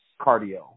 cardio